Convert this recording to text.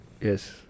Yes